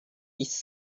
its